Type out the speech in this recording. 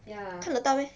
ya